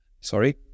sorry